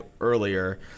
earlier